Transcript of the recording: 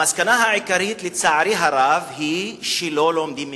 המסקנה העיקרית, לצערי הרב, היא שלא לומדים ממנה,